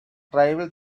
trivial